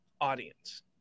audience